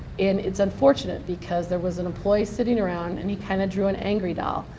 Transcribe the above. and it's unfortunate because there was an employee sitting around and he kind of drew an angry doll.